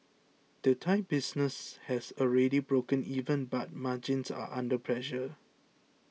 the Thai business has already broken even but margins are under pressure